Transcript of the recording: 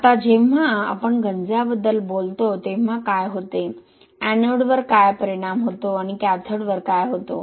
आता जेव्हा आपण गंजाबद्दल बोलतो तेव्हा काय होते एनोडवर काय होते आणि कॅथोडवर काय होते